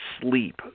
sleep